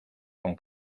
con